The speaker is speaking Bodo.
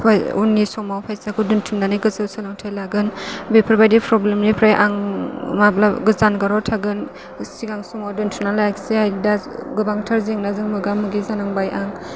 उननि समाव फैसाखौ दोनथुमनानै गोजौ सोलोंथाइ लागोन बेफोरबायदि प्रब्लेमनिफ्राय आं माब्ला जानगाराव थागोन सिगां समाव दोनथुमना लायासै दा गोबांथार जेंनाजों मोगा मोगि जानांबाय आं